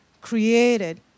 created